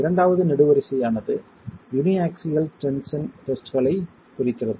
இரண்டாவது நெடுவரிசையானது uniaxial tension டெஸ்ட்களைக் குறிக்கிறது